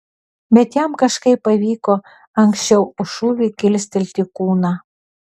bet jam kažkaip pavyko anksčiau už šūvį kilstelti kūną